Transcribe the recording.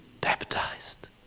baptized